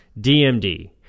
dmd